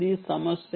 అది సమస్య